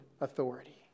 authority